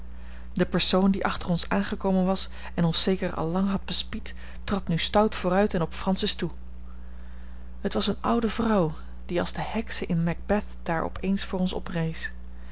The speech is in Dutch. de persoon die achter ons aangekomen was en ons zeker al lang had bespied trad nu stout vooruit en op francis toe het was eene oude vrouw die als de heksen in macbeth daar op eens voor ons oprees